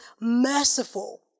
merciful